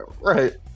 Right